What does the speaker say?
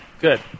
good